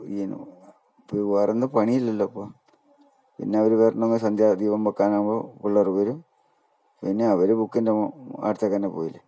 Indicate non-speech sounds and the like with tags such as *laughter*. *unintelligible* വേറെ ഒന്നും പണിയില്ലല്ലോ അപ്പോൾ പിന്നെ അവർ വരണ സന്ധ്യാ ദീപം വയ്ക്കാനാകുമ്പോൾ പിള്ളേറ് വരും പിന്ന അവർ ബുക്കിൻ്റെ ആടുത്തേക്കന്നെ പോയില്ലേ